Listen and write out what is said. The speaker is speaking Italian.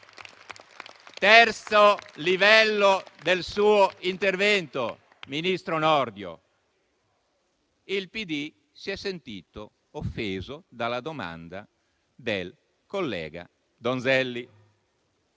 terzo livello del suo intervento, ministro Nordio, il Partito Democratico si è sentito offeso dalla domanda del collega Donzelli.